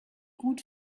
gut